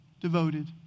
devoted